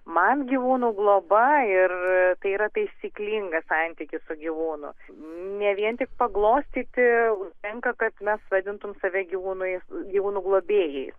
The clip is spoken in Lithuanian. man gyvūnų globa ir tai yra taisyklingas santykis su gyvūnu ne vien tik paglostyti tenka kad mes vadintum save gyvūnai gyvūnų globėjais